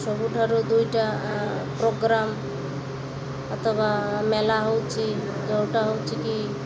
ସବୁଠାରୁ ଦୁଇଟା ପ୍ରୋଗ୍ରାମ୍ ଅଥବା ମେଳା ହେଉଛି ଯେଉଁଟା ହେଉଛି କି